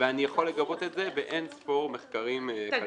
ואני יכול לגבות את זה באין ספור מחקרים כלכליים.